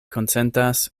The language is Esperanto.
konsentas